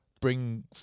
bring